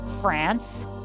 France